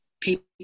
People